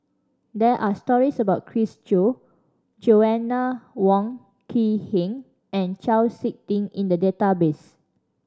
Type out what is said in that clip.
there are stories about Chris Jo Joanna Wong Quee Heng and Chau Sik Ting in the database